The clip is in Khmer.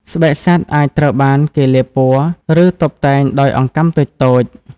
ស្បែកសត្វអាចត្រូវបានគេលាបពណ៌ ឬតុបតែងដោយអង្កាំតូចៗ។